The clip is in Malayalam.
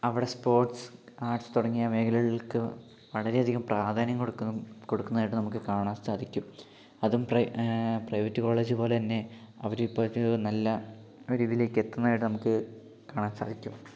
അവിടെ സ്പോർട്സ് ആർട്സ് തുടങ്ങിയ മേഖലകൾക്ക് വളരെയധികം പ്രാധാന്യം കൊടുക്കുന്നു കൊടുക്കുന്നതായിട്ട് നമുക്ക് കാണാൻ സാധിക്കും അതും പ്രൈ പ്രൈവറ്റ് കോളേജ് പോലെ തന്നെ അവര് ഇപ്പോൾ ഒരു നല്ല ഒരിതിലേക്ക് എത്തുന്നതായിട്ട് നമുക്ക് കാണാൻ സാധിക്കും